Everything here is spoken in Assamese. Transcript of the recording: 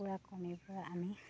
কুকুৰা কণীৰ পৰা আমি